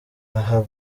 aha